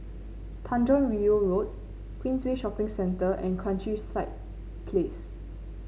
Tanjong Rhu Road Queensway Shopping Centre and Countryside Place